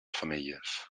femelles